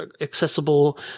accessible